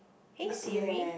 hey Siri